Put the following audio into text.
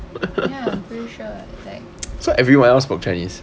ya pretty sure like